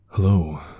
Hello